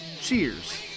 cheers